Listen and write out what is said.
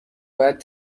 باید